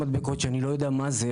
כשאני לא יודע מה זה,